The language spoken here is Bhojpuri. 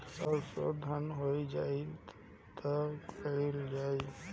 सरसो धन हो जाई त का कयील जाई?